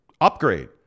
upgrade